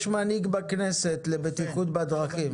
יש מנהיג בכנסת לבטיחות בדרכים.